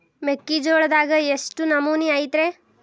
ಮೆಕ್ಕಿಜೋಳದಾಗ ಎಷ್ಟು ನಮೂನಿ ಐತ್ರೇ?